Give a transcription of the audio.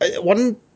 One